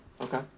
Okay